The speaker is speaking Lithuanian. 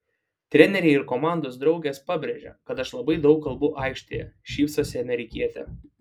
treneriai ir komandos draugės pabrėžia kad aš labai daug kalbu aikštėje šypsosi amerikietė